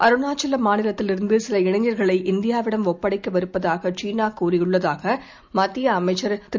அருணாச்சலமாநிலத்திலிருந்துசில இளைஞர்களை இந்தியாவிடம் ஒப்படைக்கவிருப்பதாகசீனாகூறியுள்ளதாகமத்தியஅமைச்சர் திரு